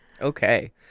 Okay